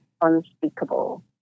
unspeakable